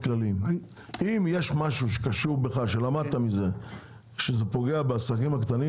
אם יש משהו שלמדת שפוגע בעסקים הקטנים,